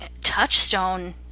touchstone